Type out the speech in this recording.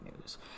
news